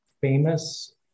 famous